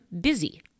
BUSY